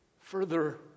Further